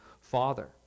Father